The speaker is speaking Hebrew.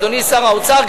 אדוני שר האוצר,